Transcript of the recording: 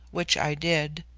which i did.